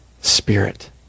Spirit